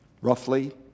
roughly